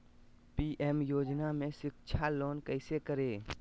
PM योजना में शिक्षा लोन कैसे करें?